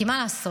כי מה לעשות?